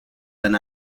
than